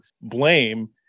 blame